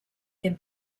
can